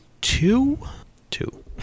two-two